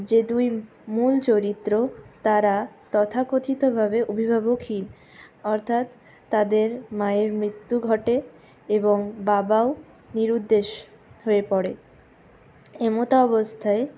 যে দুই মূল চরিত্র তারা তথাকথিতভাবে অভিভাবকহীন অর্থাৎ তাদের মায়ের মৃত্যু ঘটে এবং বাবাও নিরুদ্দেশ হয়ে পড়ে এমতাবস্থায়